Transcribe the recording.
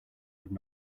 would